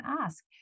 ask